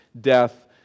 death